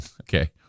okay